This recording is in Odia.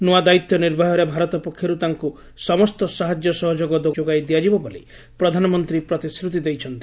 ନୂଆ ଦାୟିତ୍ୱ ନିର୍ବାହରେ ଭାରତ ପକ୍ଷରୁ ତାଙ୍କୁ ସମସ୍ତ ସାହାଯ୍ୟ ସହଯୋଗ ଯୋଗାଇ ଦିଆଯିବ ବୋଲି ପ୍ରଧାନମନ୍ତ୍ରୀ ପ୍ରତିଶ୍ରତି ଦେଇଛନ୍ତି